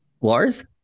Lars